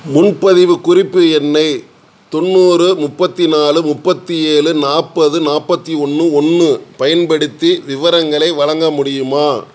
முன்பதிவு குறிப்பு எண் தொண்ணூறு முப்பத்தி நாலு முப்பத்தி ஏழு நாற்பது நாற்பத்தி ஒன்று ஒன்று பயன்படுத்தி விவரங்களை வழங்க முடியுமா